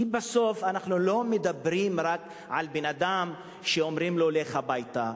כי בסוף אנחנו לא מדברים רק על בן-אדם שאומרים לו: לך הביתה.